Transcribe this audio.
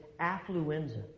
affluenza